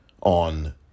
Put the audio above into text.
on